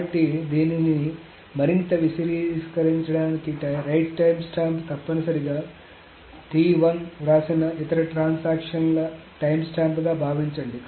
కాబట్టి దీనిని మరింత విశదీకరించడానికి రైట్ టైమ్స్టాంప్ తప్పనిసరిగా వ్రాసిన ఇతర ట్రాన్సాక్షన్ ల టైమ్స్టాంప్గా భావించండి